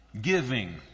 giving